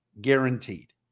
guaranteed